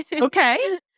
Okay